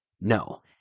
No